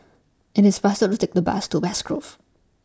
IT IS faster to Take The Bus to West Grove